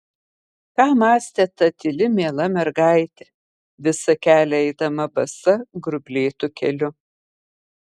ką mąstė ta tyli miela mergaitė visą kelią eidama basa grublėtu keliu